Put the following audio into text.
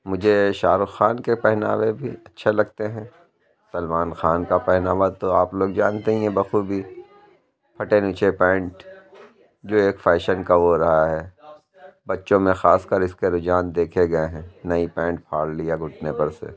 مجھے شاہ رخ خان کے پہناوے بھی اچھے لگتے ہیں سلمان خان کا پہناوا تو آپ لوگ جانتے ہی ہیں بخوبی پھٹے نیچے پینٹ جو ایک فیشن کا وہ رہا ہے بچوں میں خاص کر اس کے رجحان دیکھے گئے ہیں نئی پینٹ پھاڑ لیا گھٹنے پر سے